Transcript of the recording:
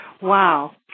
Wow